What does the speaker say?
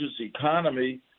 economy